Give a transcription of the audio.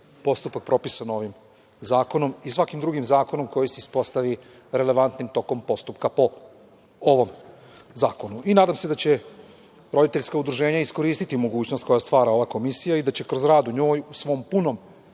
postupak propisan ovim zakonom i svaki drugim zakonom koji se ispostavi relevantnim tokom postupka po ovom zakonu. Nadam se da će roditeljska udruženja iskoristi mogućnost koja stvara ova komisija i da će kroz rad u njoj u svom punom